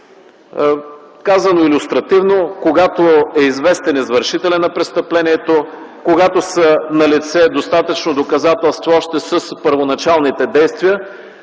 Казано илюстративно, когато е известен извършителят на престъплението, когато са налице достатъчно доказателства още с първоначалните действия,